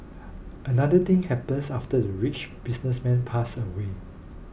another thing happenes after the rich businessman pass away